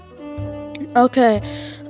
Okay